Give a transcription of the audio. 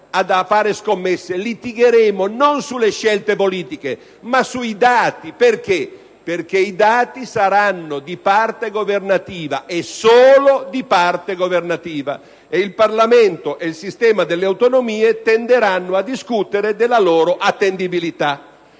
a fare scommesse! - litigheremo non sulle scelte politiche, ma sui dati, perché i dati saranno solo di parte governativa ed il Parlamento ed il sistema delle autonomie tenderanno a discutere della loro attendibilità.